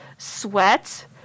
sweat